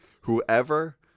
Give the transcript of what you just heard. whoever